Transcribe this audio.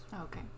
Okay